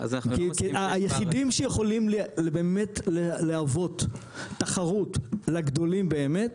כי היחידים שיכולים באמת להוות תחרות לגדולים באמת,